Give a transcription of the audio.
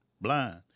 blind